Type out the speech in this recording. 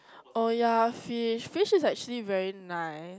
oh yeah fish fish is actually very nice